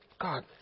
God